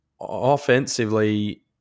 offensively